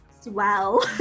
swell